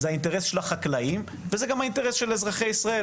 של החקלאית ושל אזרחי ישראל.